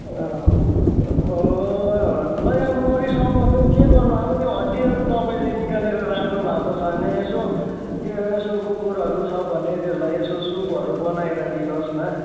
ल है अब नरिसाउनु होस् है के गर्नु अब त्यो हड्डीहरू तपाईँले निकालेर राख्नु भएको छ भने यसो त्यो कुकुरहरू छ भने त्यसलाई यसो सुपहरू बनाएर दिनु होस् न